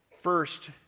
First